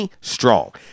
Strong